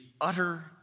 utter